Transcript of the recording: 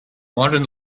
modern